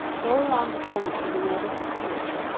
go around the corner to the nearest theatre.